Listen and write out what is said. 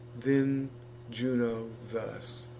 then juno thus